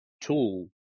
tool